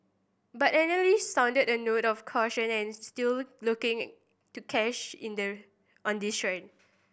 but analyst sounded a note of caution and still looking it to cash in there on this trend